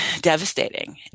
devastating